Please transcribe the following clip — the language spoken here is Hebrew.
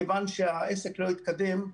מכיוון שהעסק לא התקדם,